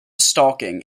stalking